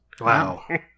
Wow